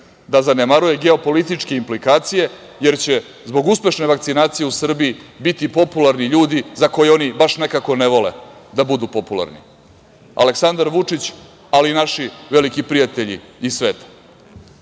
da zanemaruje geopolitičke implikacije jer će zbog uspešne vakcinacije u Srbiji biti popularni ljudi za koje oni baš nekako ne vole da budu popularni, Aleksandar Vučić, ali i naši veliki prijatelji iz sveta,